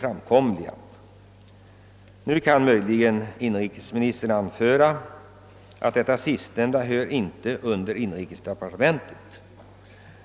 Inrikesministern kan möjligen nu anföra att det sist nämnda inte tillhör inrikesdepartementets område.